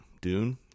dune